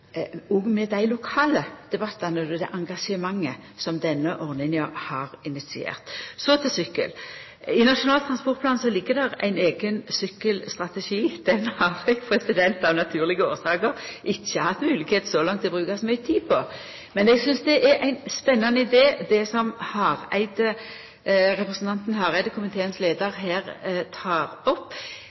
har, og med dei lokale debattane og det engasjementet som denne ordninga har initiert. Så til sykkel: I Nasjonal transportplan ligg det ein eigen sykkelstrategi. Han har eg av naturlege årsaker ikkje hatt moglegheit så langt til å bruka så mykje tid på, men eg synest det er ein spennande idé som representanten Hareide, leiaren i komiteen, her tek opp. For min del vil eg i fyrste omgang vurdera det